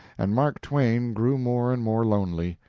and mark twain grew more and more lonely.